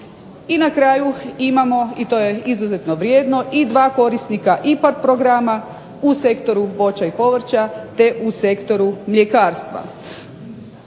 I na kraju imamo i to je izuzetno vrijedno i dva korisnika IPARD programa u sektoru voća i povrća te u sektoru mljekarstva.